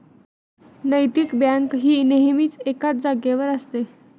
नैतिक बँक ही नेहमीच एकाच जागेवर असते